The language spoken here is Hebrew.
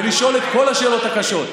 ולשאול את כל השאלות הקשות.